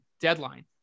deadline